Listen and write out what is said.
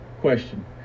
question